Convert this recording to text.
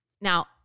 Now